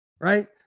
right